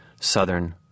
Southern